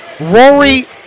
Rory